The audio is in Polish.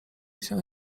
się